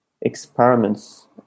experiments